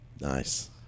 nice